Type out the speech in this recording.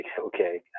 okay